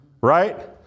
Right